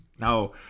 No